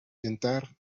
tentar